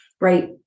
right